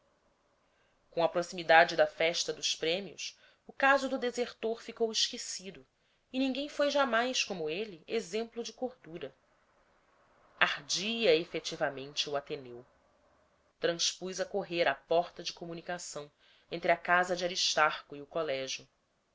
com a proximidade da festa dos prêmios o caso do desertor ficou esquecido e ninguém foi jamais como ele exemplo de cordura ardia efetivamente o ateneu transpus a correr a porta de comunicação entre a casa de aristarco e o colégio